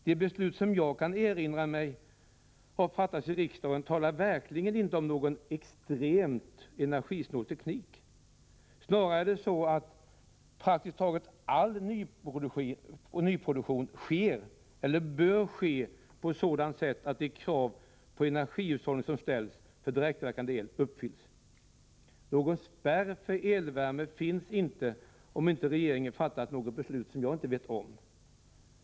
De beslut som har fattats i riksdagen talar såvitt jag kan erinra mig verkligen inte om någon extremt energisnål teknik. Snarare är det så att praktiskt taget all nyproduktion sker eller bör ske på sådant sätt att de krav på energihushållning som ställs för direktverkande el uppfylls. Någon spärr för elvärmen finns det inte, såvida inte regeringen har fattat något beslut som jag inte känner till.